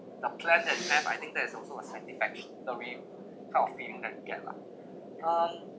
the plan that I plan I think that is also a satisfactory kind of feeling that can get lah um